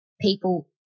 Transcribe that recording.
people